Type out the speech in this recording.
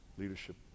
Leadership